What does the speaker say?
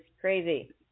crazy